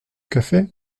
café